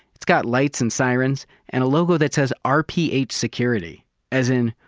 it's got lights and sirens and a logo that says r p eight security as in,